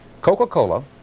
Coca-Cola